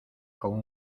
con